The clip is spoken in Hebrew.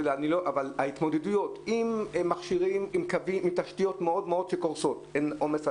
אבל ההתמודדות עם תשתיות שקורסות בגלל עומס,